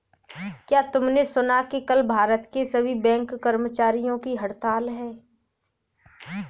क्या तुमने सुना कि कल भारत के सभी बैंक कर्मचारियों की हड़ताल है?